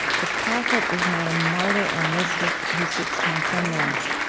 the prophet is not a martyr or mystic who seeks transcendence,